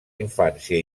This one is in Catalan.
infància